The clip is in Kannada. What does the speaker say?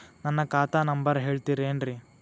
ನನ್ನ ಖಾತಾ ನಂಬರ್ ಹೇಳ್ತಿರೇನ್ರಿ?